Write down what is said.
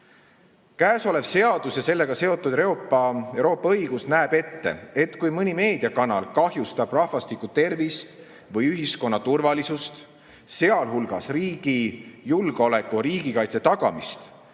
Käesolev seadus ja sellega seotud Euroopa õigus näeb ette, et kui mõni meediakanal kahjustab rahvastiku tervist või ühiskonna turvalisust, sealhulgas riigi julgeoleku, riigikaitse tagamist,